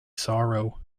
sorrow